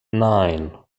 nine